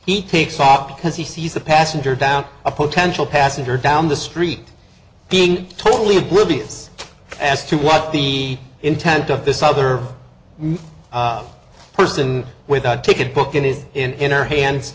he takes off because he sees a passenger down a potential passenger down the street being totally oblivious as to what the intent of this other person without ticket booking is in our hands